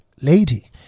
lady